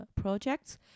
projects